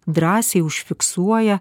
drąsiai užfiksuoja